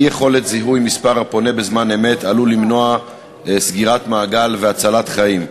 אי-יכולת זיהוי מספר הפונה בזמן אמת עלולה למנוע סגירת מעגל והצלת חיים.